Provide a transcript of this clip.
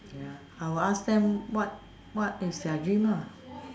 ya I will ask them what what is their dream lah